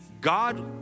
God